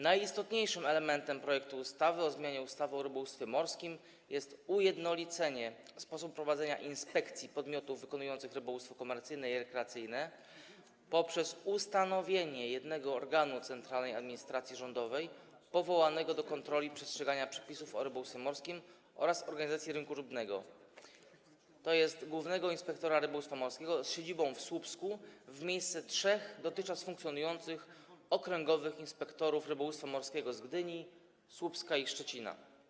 Najistotniejszym elementem projektu ustawy o zmianie ustawy o rybołówstwie morskim jest ujednolicenie sposobu prowadzenia inspekcji podmiotów wykonujących rybołówstwo komercyjne i rekreacyjne poprzez ustanowienie jednego organu centralnej administracji rządowej powołanego do kontroli przestrzegania przepisów o rybołówstwie morskim oraz organizacji rynku rybnego, tj. głównego inspektora rybołówstwa morskiego z siedzibą w Słupsku, w miejsce trzech dotychczas funkcjonujących okręgowych inspektorów rybołówstwa morskiego z siedzibą w Gdyni, Słupsku i Szczecinie.